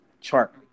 chart